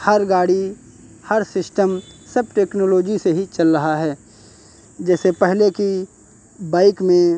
हर गाड़ी हर सिस्टम सब टेक्नोलॉजी से ही चल रहा है जैसे पहले की बाइक में